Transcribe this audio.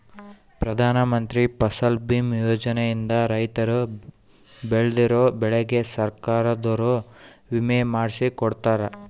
ಪ್ರಧಾನ ಮಂತ್ರಿ ಫಸಲ್ ಬಿಮಾ ಯೋಜನೆ ಇಂದ ರೈತರು ಬೆಳ್ದಿರೋ ಬೆಳೆಗೆ ಸರ್ಕಾರದೊರು ವಿಮೆ ಮಾಡ್ಸಿ ಕೊಡ್ತಾರ